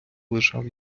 лежав